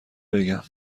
بگم